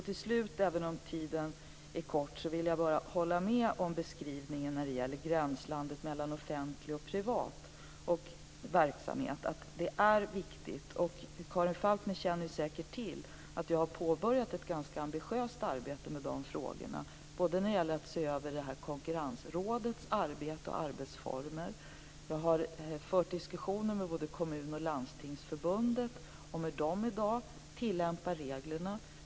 Till slut, även om tiden är kort, vill jag bara hålla med om beskrivningen när det gäller gränslandet mellan offentlig och privat verksamhet. Det är viktigt. Karin Falkmer känner säkert till att jag har påbörjat ett ganska ambitiöst arbete med de frågorna och när det gäller att se över Konkurrensrådets arbete och arbetsformer. Jag har fört diskussioner med både Kommun och Landstingsförbundet om hur de i dag tillämpar reglerna.